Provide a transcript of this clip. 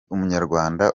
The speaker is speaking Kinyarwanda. umunyarwanda